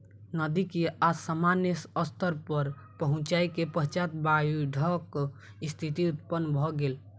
नदी के असामान्य स्तर पर पहुँचै के पश्चात बाइढ़क स्थिति उत्पन्न भ गेल